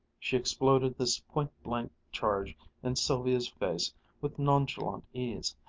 she exploded this pointblank charge in sylvia's face with nonchalant ease,